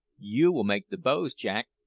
you will make the bows, jack,